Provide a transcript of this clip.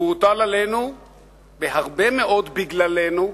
והוא הוטל עלינו הרבה מאוד בגללנו,